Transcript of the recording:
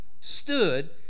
stood